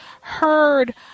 heard